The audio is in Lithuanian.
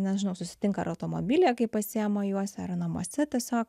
nežinau susitinka ar automobilyje kai pasiima juos ar namuose tiesiog